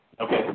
Okay